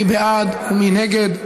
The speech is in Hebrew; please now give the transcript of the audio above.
מי בעד ומי נגד?